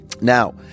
Now